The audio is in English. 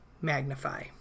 Magnify